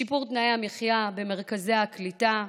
שיפור תנאי המחיה במרכזי הקליטה,